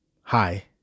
hi